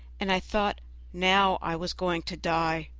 and i thought now i was going to die.